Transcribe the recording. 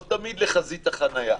לא תמיד לחזית החניה.